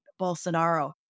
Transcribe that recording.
Bolsonaro